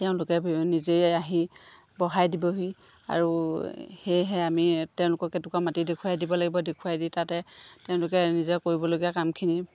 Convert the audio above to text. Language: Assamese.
তেওঁলোকে নিজেই আহি বহাই দিবহি আৰু সেয়েহে আমি তেওঁলোকক এটুকুৰা মাটি দেখুৱাই দিব লাগিব দেখুৱাই দি তাতে তেওঁলোকে নিজে কৰিবলগীয়া কামখিনি